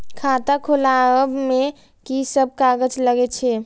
खाता खोलाअब में की सब कागज लगे छै?